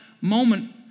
moment